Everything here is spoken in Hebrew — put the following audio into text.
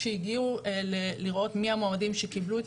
כשהגיעו לראות מי המועמדים שקיבלו את